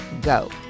go